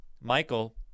Michael